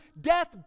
death